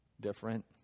different